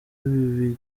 bibiri